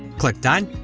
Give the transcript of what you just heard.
click done,